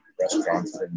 restaurants